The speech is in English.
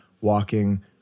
walking